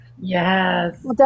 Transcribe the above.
Yes